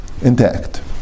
intact